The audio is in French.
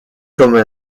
comme